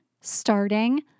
starting